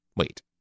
Wait